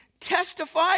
testify